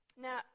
Now